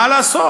מה לעשות,